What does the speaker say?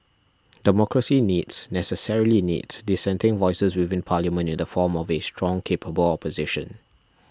democracy needs necessarily needs dissenting voices within Parliament in the form of a strong capable opposition